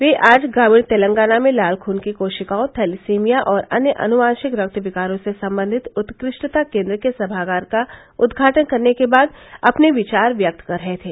वे आज ग्रामीण तेलंगाना में लाल खन की कोशिकाओं थैलीसीमिया और अन्य अनुवांशिक रक्त विकारों से संबंधित उत्कृष्टता केन्द्र के सभागार का उद्घाटन करने के बाद अपने विचार व्यक्त कर रहे थे